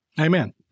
Amen